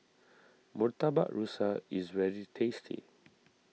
Murtabak Rusa is very tasty